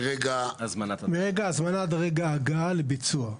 מרגע ההזמנה עד רגע ההגעה לביצוע.